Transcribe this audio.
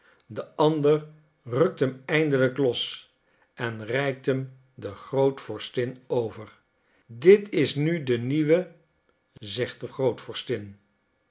de ander rukt hem eindelijk los en reikt hem de grootvorstin over dit is nu de nieuwe zegt de grootvorstin